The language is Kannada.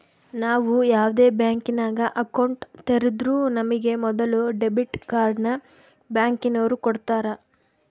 ನಾವು ಯಾವ್ದೇ ಬ್ಯಾಂಕಿನಾಗ ಅಕೌಂಟ್ ತೆರುದ್ರೂ ನಮಿಗೆ ಮೊದುಲು ಡೆಬಿಟ್ ಕಾರ್ಡ್ನ ಬ್ಯಾಂಕಿನೋರು ಕೊಡ್ತಾರ